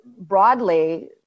broadly